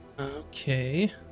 Okay